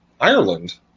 Ireland